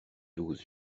douze